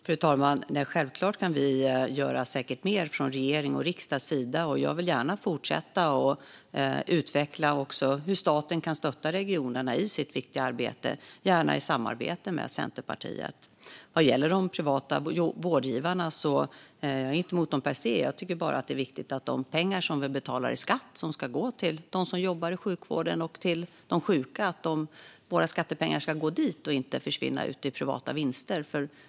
Fru talman! Självklart kan vi säkert göra mer från regeringens och riksdagens sida. Jag vill gärna fortsätta att utveckla hur staten kan stötta regionerna i deras viktiga arbeta, gärna i samarbete med Centerpartiet. Vad gäller de privata vårdgivarna är jag inte emot dem per se. Jag tycker bara att de pengar som vi betalar i skatt som ska gå till dem som jobbar i sjukvården och de sjuka ska gå dit och inte försvinna ut i privata vinster.